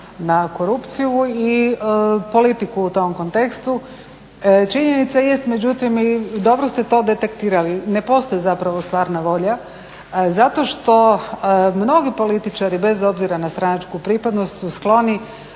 na korupciju i politiku u tom kontekstu. Činjenica jest međutim i dobro ste to detektirali, ne postoji zapravo stvarna volja, zato što mnogi političari bez obzira na stranačku pripadnost su skloni